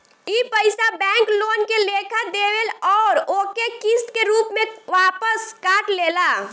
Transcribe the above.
ई पइसा bank loan के लेखा देवेल अउर ओके किस्त के रूप में वापस काट लेला